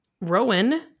Rowan